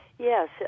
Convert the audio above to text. Yes